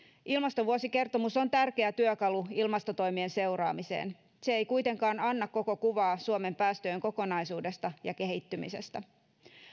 ilmastovuosikertomus on tärkeä työkalu ilmastotoimien seuraamiseen se ei kuitenkaan anna koko kuvaa suomen päästöjen kokonaisuudesta ja kehittymisestä